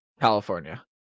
California